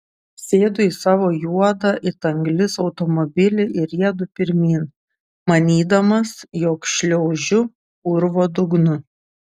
sėdu į savo juodą it anglis automobilį ir riedu pirmyn manydamas jog šliaužiu urvo dugnu